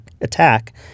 attack